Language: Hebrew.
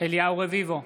אליהו רביבו,